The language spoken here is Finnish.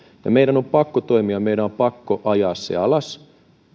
meidän on pakko toimia ja meidän on pakko ajaa se alas